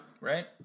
right